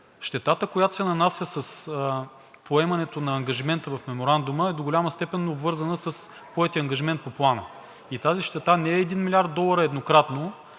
щетата, която се нанася с поемането на ангажимента в Меморандума, е до голяма степен обвързана с поетия ангажимент по Плана. И тази щета не е един милиард долара еднократно,